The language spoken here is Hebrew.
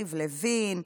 יריב לוין,